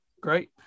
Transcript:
great